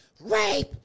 Rape